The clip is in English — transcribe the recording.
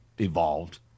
evolved